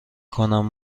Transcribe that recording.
کنم